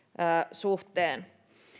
suhteen